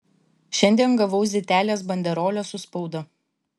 šiandien gavau zitelės banderolę su spauda